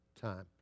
time